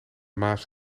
maas